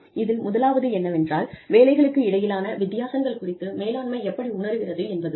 இதில் முதலாவது என்னவென்றால் வேலைகளுக்கு இடையிலான வித்தியாசங்கள் குறித்து மேலாண்மை எப்படி உணருகிறது என்பது தான்